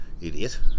Idiot